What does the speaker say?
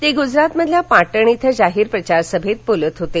ते गुजरात मधील पाटण इथं जाहीर प्रचार सभेत बोलत होते